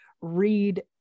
read